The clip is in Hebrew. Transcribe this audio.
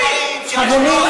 יש דברים שלא עושים,